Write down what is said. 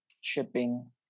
shipping